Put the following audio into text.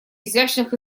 изящных